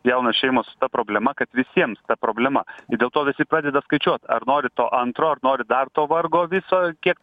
jaunos šeimos su ta problema kad visiems ta problema ir dėl to visi pradeda skaičiuot ar nori to antro ar nori dar to vargo viso kiek